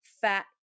fat